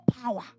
power